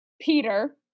Peter